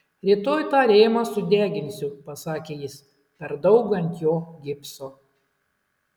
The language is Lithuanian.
rytoj tą rėmą sudeginsiu pasakė jis per daug ant jo gipso